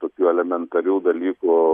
tokių elementarių dalykų